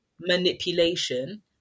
manipulation